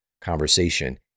conversation